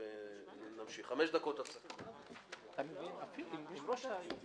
אתה חוזר אחורה.